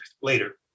later